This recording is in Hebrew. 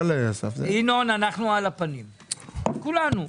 הפנים, כולנו.